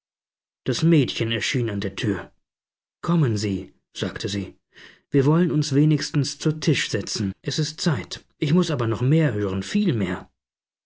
das mädchen erschien an der tür kommen sie sagte sie wir wollen uns wenigstens zu tisch setzen es ist zeit ich muß aber noch mehr hören viel mehr